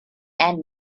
and